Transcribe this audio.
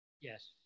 Yes